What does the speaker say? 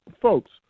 folks